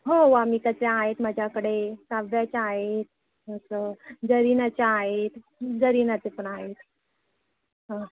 हो वामिकाचे आहेत माझ्याकडे काव्याच्या आहेत असं जरीनाच्या आहेत जरीनाचे पण आहेत हांं